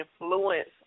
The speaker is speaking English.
influence